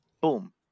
Boom